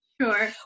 sure